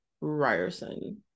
Ryerson